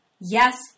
Yes